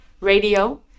radio